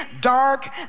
dark